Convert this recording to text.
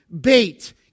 bait